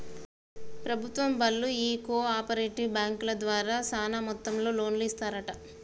ప్రభుత్వం బళ్ళు ఈ కో ఆపరేటివ్ బాంకుల ద్వారా సాన మొత్తంలో లోన్లు ఇస్తరంట